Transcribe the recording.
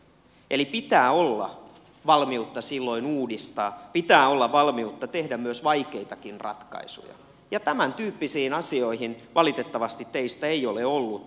eli pitää olla valmiutta silloin uudistaa pitää olla valmiutta tehdä myös vaikeitakin ratkaisuja ja tämän tyyppisiin asioihin valitettavasti teistä ei ole ollut